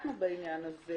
אם אני קונה באיזיג'ט,